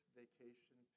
vacation